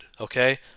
okay